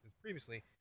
previously